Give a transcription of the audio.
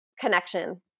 connection